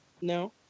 no